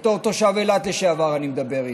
בתור תושב אילת לשעבר אני מדבר איתך.